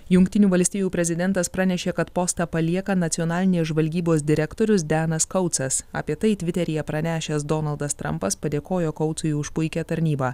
jungtinių valstijų prezidentas pranešė kad postą palieka nacionalinės žvalgybos direktorius denas koutsas apie tai tviteryje pranešęs donaldas trampas padėkojo koutsui už puikią tarnybą